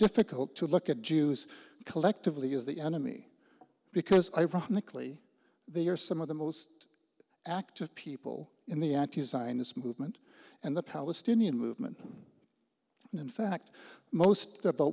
difficult to look at jews collectively as the enemy because ironically they are some of the most active people in the anti sinus movement and the palestinian movement and in fact most about